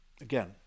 Again